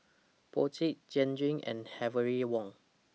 Brotzeit Jergens and Heavenly Wang